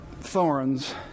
thorns